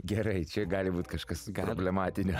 gerai čia gali būt kažkas problematinio